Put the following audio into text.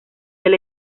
del